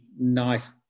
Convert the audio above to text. nice